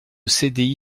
cdi